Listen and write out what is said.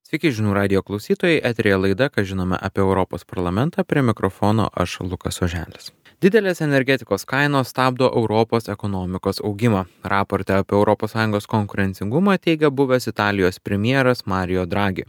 sveiki žinių radijo klausytojai eteryje laida ką žinome apie europos parlamentą prie mikrofono aš lukas oželis didelės energetikos kainos stabdo europos ekonomikos augimą raporte apie europos sąjungos konkurencingumą teigia buvęs italijos premjeras mario dragi